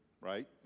right